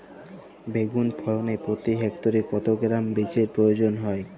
বেগুন ফলনে প্রতি হেক্টরে কত গ্রাম বীজের প্রয়োজন হয়?